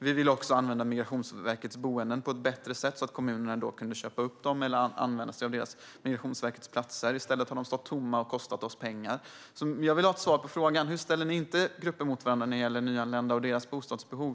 Vi vill också använda Migrationsverkets boenden på ett bättre sätt så att kommunerna kunde köpa upp dem eller använda sig av Migrationsverkets platser. I stället har de stått tomma och kostat oss pengar. Jag vill ha ett svar på frågan. Hur ställer ni inte grupper mot varandra när det gäller nyanlända och deras bostadsbehov?